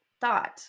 thought